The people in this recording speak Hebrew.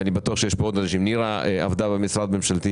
ואני בטוח שיש פה עוד אנשים נירה עבדה במשרד ממשלתי